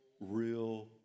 real